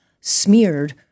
smeared